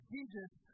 Jesus